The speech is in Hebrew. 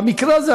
במקרה הזה,